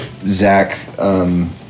Zach